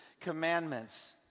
commandments